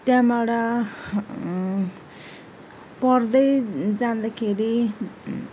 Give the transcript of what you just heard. त्यहाँबाट पढ्दै जाँदाखेरि